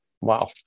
wow